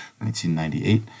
1998